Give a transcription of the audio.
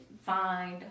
find